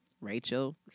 Rachel